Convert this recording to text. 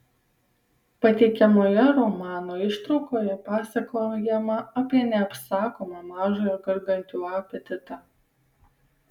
pateikiamoje romano ištraukoje pasakojama apie neapsakomą mažojo gargantiua apetitą